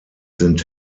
sind